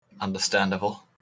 Understandable